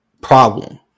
problem